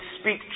speak